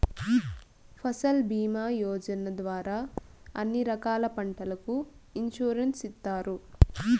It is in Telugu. ఫసల్ భీమా యోజన ద్వారా అన్ని రకాల పంటలకు ఇన్సురెన్సు ఇత్తారు